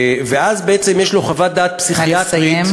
ואז בעצם יש לו חוות דעת פסיכיאטרית, נא לסיים.